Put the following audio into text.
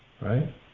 Right